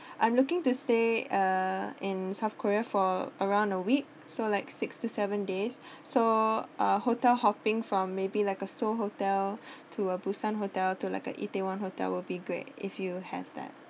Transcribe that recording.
I'm looking to stay (uh)in south korea for around a week so like six to seven days so uh hotel hopping from maybe like a seoul hotel to a busan hotel to like a itaewon hotel will be great if you have